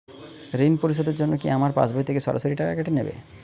ঋণ পরিশোধের জন্য কি আমার পাশবই থেকে সরাসরি টাকা কেটে নেবে?